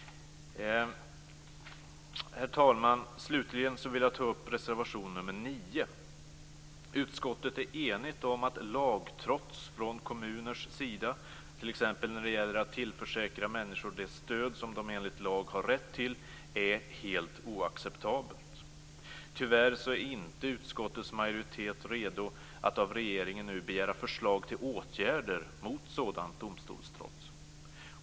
Herr talman! Slutligen vill jag ta upp reservation 9. Utskottet är enigt om att lagtrots från kommuners sida, t.ex. när det gäller att tillförsäkra människor det stöd som de enligt lag har rätt till, är helt oacceptabelt. Tyvärr är utskottets majoritet inte redo att av regeringen nu begära förslag till åtgärder mot sådant domstolstrots.